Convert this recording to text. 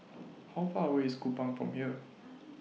How Far away IS Kupang from here